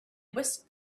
whisked